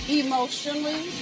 emotionally